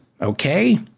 okay